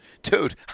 Dude